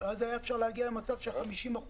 שה-50%